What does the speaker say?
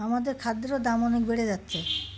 আমাদের খাদ্যও দাম অনেক বেড়ে যাচ্ছে